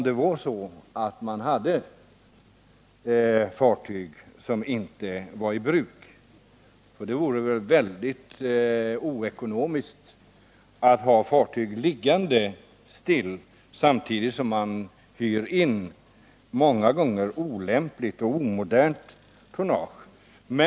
Det vore väl väldigt ockonomiskt att ha fartyg liggande still samtidigt som man hyr in många gånger olämpligt och omodernt tonnage!